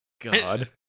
God